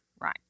Right